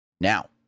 Now